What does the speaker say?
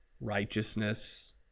righteousness